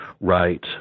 right